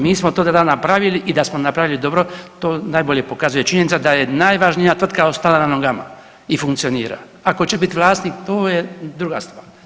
Mi smo to tada napravili i da smo napravili dobro to najbolje pokazuje činjenica da je najvažnija tvrtka ostala na nogama i funkcionira, a tko će bit vlasnik to je druga stvar.